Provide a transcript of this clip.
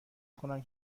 کنم